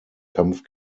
kampf